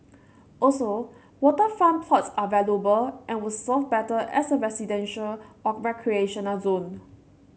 also waterfront plots are valuable and would serve better as a residential or recreational zone